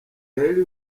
eli